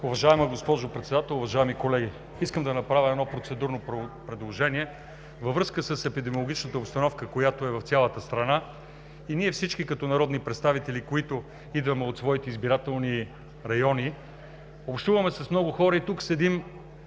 Уважаема госпожо Председател, уважаеми колеги! Искам да направя едно процедурно предложение. във връзка с епидемиологичната обстановка, която е в цялата страна. Ние всички като народни представители идваме от своите избирателни райони, където общуваме с много хора, а тук седим